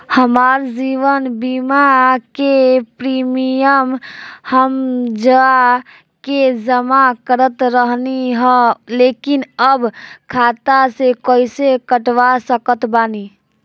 हमार जीवन बीमा के प्रीमीयम हम जा के जमा करत रहनी ह लेकिन अब खाता से कइसे कटवा सकत बानी?